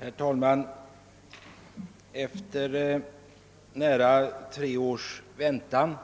Herr talman! Efter nära tre års väntan